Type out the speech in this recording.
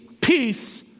peace